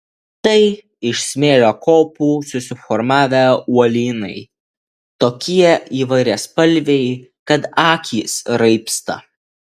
tai iš smėlio kopų susiformavę uolynai tokie įvairiaspalviai kad akys raibsta